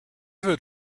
wird